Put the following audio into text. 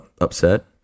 upset